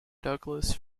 douglas